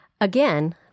Again